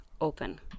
open